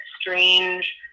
strange